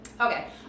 Okay